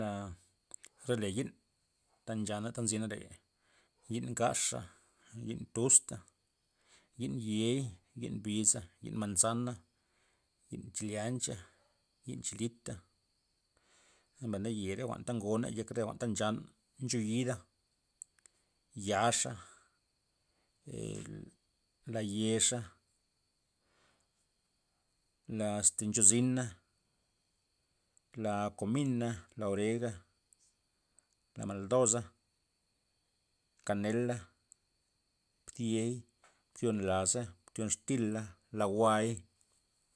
Aa re le yi'n ta nchaya ta nzyna reya, yi'n ngaxa, yi'n tuzta, yi'n ye'i, yi'n biza, yi'n manzana, yi'n chileancha, yi'n chilita, mbay na ye re jwa'n ta ngona yek re jwa'n ta nchana ncheyida, yaxa' la yexa', na este la nche zina, la komina', la orega' la maradoza', kanela bdiey zyon laza, zyon xtila, la jwa'y.